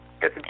Get